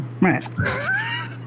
right